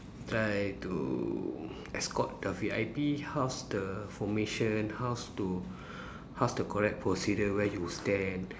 try to escort the V_I_P how's the formation how's to how's the correct procedure where you stand